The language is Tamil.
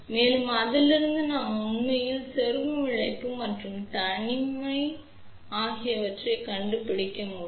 மேலும் அதிலிருந்து நாம் உண்மையில் செருகும் இழப்பு மற்றும் தனிமை ஆகியவற்றைக் கண்டுபிடிக்க முடியும்